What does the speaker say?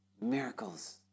miracles